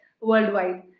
worldwide